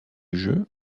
jeu